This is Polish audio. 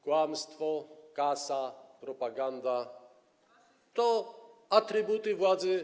Kłamstwo, kasa, propaganda to atrybuty władzy.